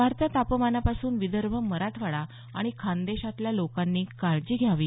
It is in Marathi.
वाढत्या तापमानापासून विदर्भ मराठवाडा आणि खान्देशातील लोकांनी काळजी घ्यावी